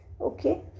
Okay